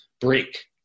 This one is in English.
break